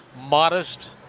modest